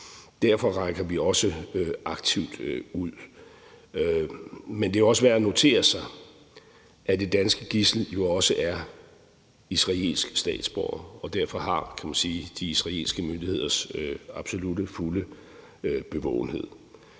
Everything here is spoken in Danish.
Derfor rækker vi også aktivt ud. Men det er også værd at notere sig, at det danske gidsel jo også er israelsk statsborger og derfor har de israelske myndigheders absolutte og fulde bevågenhed.